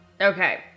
Okay